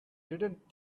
didn’t